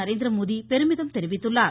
நரேந்திரமோடி பெருமிதம் தெரிவித்துள்ளார்